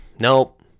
nope